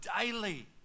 daily